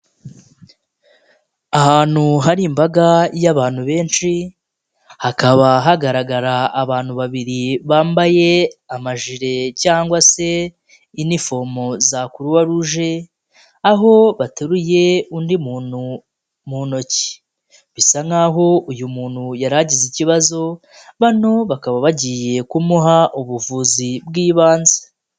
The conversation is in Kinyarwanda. Ahantu hari imbaga y'abantu benshi, hakaba hagaragara abantu babiri bambaye amajire cyangwa se inifomo za Croix rouge, aho bateruye undi muntu mu ntoki. Bisa nkaho uyu muntu yari agize ikibazo, bano bakaba bagiye kumuha ubuvuzi bw'ibanze.